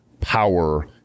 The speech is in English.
power